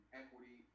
equity